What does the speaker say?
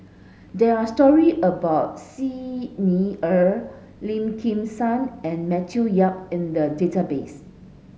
there are story about Xi Ni Er Lim Kim San and Matthew Yap in the database